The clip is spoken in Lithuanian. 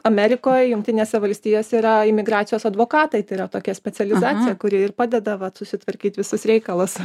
amerikoj jungtinėse valstijose yra imigracijos advokatai tai yra tokia specializacija kur ir padeda vat susitvarkyt visus reikalus